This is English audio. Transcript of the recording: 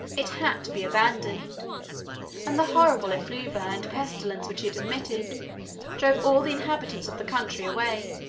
it had to be abandoned and the horrible effluvia and pestilence which it emitted drove all the inhabitants of the country away.